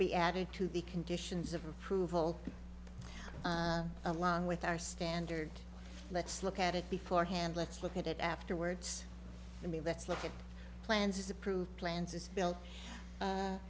be added to the conditions of approval along with our standard let's look at it before hand let's look at it afterwards i mean let's look at plans approved